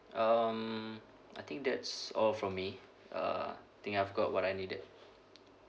um I think that's all from me uh I think I've got what I needed